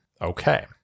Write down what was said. Okay